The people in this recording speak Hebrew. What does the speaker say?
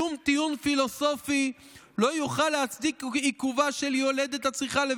שום טיעון פילוסופי לא יוכל להצדיק את עיכובה של יולדת הצריכה להגיע